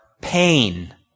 pain